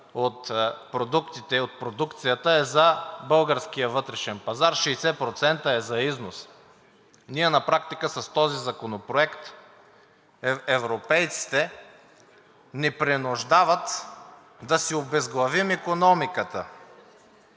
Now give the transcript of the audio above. на рафинерията е за българския вътрешен пазар; 60% е за износ. На практика с този законопроект европейците ни принуждават да си обезглавим икономиката.